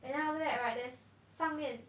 and then after that right there's 上面